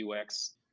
UX